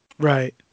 Right